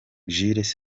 jules